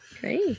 Great